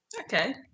Okay